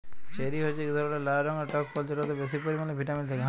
cherry হছে ইক ধরলের লাল রঙের টক ফল যেটতে বেশি পরিমালে ভিটামিল থ্যাকে